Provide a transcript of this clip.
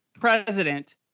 president